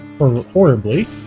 horribly